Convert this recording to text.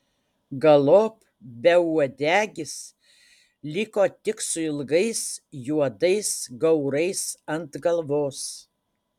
galop beuodegis liko tik su ilgais juodais gaurais ant galvos